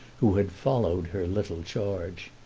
who had followed her little charge.